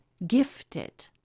gifted